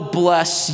bless